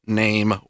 name